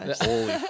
Holy